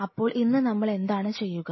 അപ്പോൾ ഇന്ന് നമ്മൾ എന്താണ് ചെയ്യുക